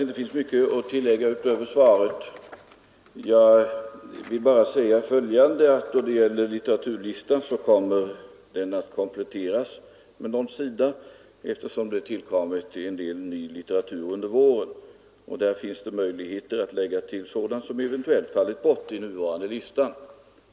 Herr talman! Det kanske inte finns mycket att tillägga utöver svaret. Jag vill bara säga följande. Litteraturlistan kommmer att kompletteras med någon sida, eftersom det tillkommit en del ny litteratur under våren. Där finns det möjligheter att lägga till sådant som eventuellt fallit bort i nuvarande lista.